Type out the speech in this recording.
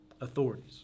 authorities